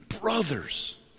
brothers